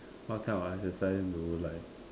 what kind of exercise do you like